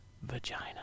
Vagina